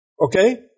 Okay